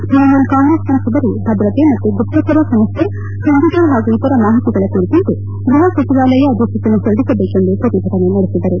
Trinamool Congress ಸಂಸದರು ಭದ್ರತೆ ಮತ್ತು ಗುಪ್ತಚರ ಸಂಸ್ಲೆ ಕಂಮ್ಲೂಟರ್ ಹಾಗೂ ಇತರ ಮಾಹಿತಿಗಳ ಕುರಿತಂತೆ ಗ್ಲಹ ಸಚಿವಾಲಯ ಅಧಿಸೂಚನೆ ಹೊರಡಿಸಬೇಕೆಂದು ಪ್ರತಿಭಟನೆ ನಡೆಸಿದರು